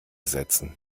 setzen